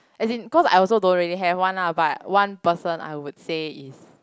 as in cause I also don't really have one lah but one person I would say is